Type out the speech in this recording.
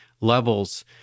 levels